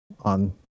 on